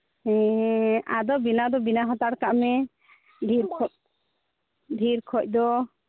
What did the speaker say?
ᱟᱫᱚ ᱵᱮᱱᱟᱣ ᱫᱚ ᱵᱮᱱᱟᱣ ᱦᱟᱛᱟᱲ ᱠᱟᱜ ᱢᱮ ᱰᱷᱮᱨ ᱚᱠᱚᱡ ᱰᱷᱮᱨ ᱠᱷᱚᱡ ᱫᱚ